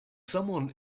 someone